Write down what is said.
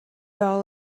all